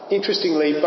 Interestingly